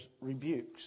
rebukes